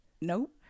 Nope